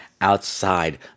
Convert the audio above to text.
outside